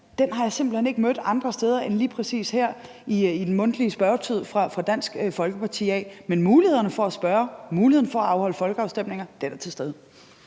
har jeg simpelt hen ikke mødt andre steder end lige præcis her i den mundtlige spørgetid fra Dansk Folkeparti af. Men muligheden for at spørge og muligheden for at afholde folkeafstemninger er til stede.